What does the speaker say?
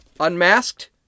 Unmasked